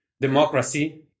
democracy